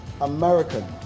American